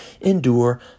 endure